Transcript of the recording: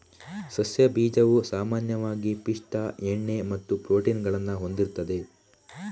ಸಸ್ಯ ಬೀಜವು ಸಾಮಾನ್ಯವಾಗಿ ಪಿಷ್ಟ, ಎಣ್ಣೆ ಮತ್ತು ಪ್ರೋಟೀನ್ ಗಳನ್ನ ಹೊಂದಿರ್ತದೆ